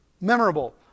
memorable